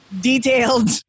detailed